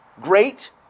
great